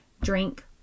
drink